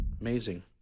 Amazing